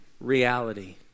reality